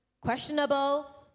questionable